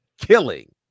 killing